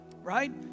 Right